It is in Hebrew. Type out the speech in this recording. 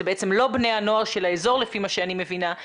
זה בעצם לא בני הנוער של האזור לפי מה שאני מבינה,